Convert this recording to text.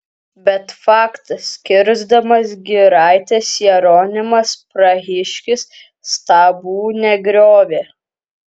bet faktas kirsdamas giraites jeronimas prahiškis stabų negriovė